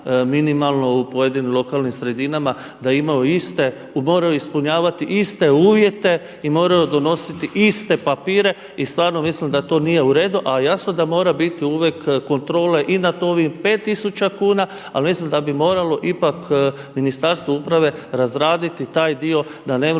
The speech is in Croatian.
minimalno u pojedinim lokalnim sredinama da imaju iste i moraju ispunjavati iste uvjete i moraju donositi iste papire i stvarno mislim da to nije uredu. Ali jasno da mora biti uvijek kontrole i nad ovih 5 tisuća kuna ali mislim da bi moralo ipak Ministarstvo uprave razraditi taj dio da nemru